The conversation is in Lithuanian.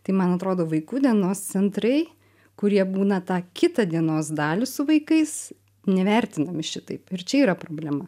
tai man atrodo vaikų dienos centrai kurie būna tą kitą dienos dalį su vaikais nevertinami šitaip ir čia yra problema